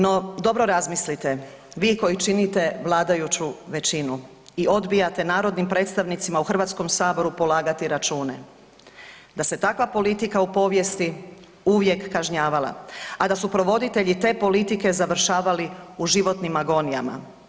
No, dobro razmislite vi koji činite vladajuću većinu i odbijate narodnim predstavnicima u Hrvatskom saboru polagati račune da se takva politika u povijesti uvijek kažnjavala, a da su provoditelji te politike završavali u životnim agonijama.